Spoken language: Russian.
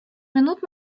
минут